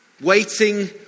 Waiting